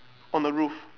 on the roof